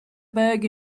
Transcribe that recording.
burgh